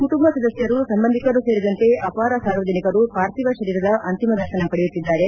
ಕುಟುಂಬ ಸದಸ್ನರು ಸಂಬಂಧಿಕರು ಸೇರಿದಂತೆ ಅಪಾರ ಸಾರ್ವಜನಿಕರು ಪಾರ್ಥಿವ ಶರೀರದ ಅಂತಿಮ ದರ್ಶನ ಪಡೆಯುತ್ತಿದ್ದಾರೆ